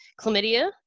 chlamydia